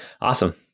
Awesome